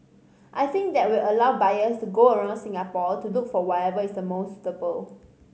I think that will allow buyers to go around Singapore to look for whatever is the most suitable